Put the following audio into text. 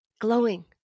glowing